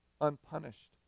unpunished